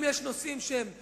אם יש נושאים שהם סבירים,